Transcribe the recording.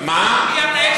מי המנהל